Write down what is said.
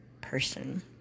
person